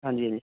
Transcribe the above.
ਹਾਂਜੀ ਹਾਂਜੀ